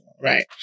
Right